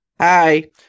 Hi